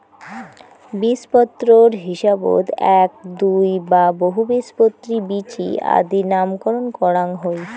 বীজপত্রর হিসাবত এ্যাক, দুই বা বহুবীজপত্রী বীচি আদি নামকরণ করাং হই